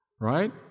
Right